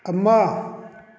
ꯑꯃ